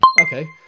okay